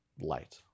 light